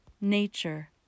nature